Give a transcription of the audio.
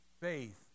faith